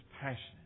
passionate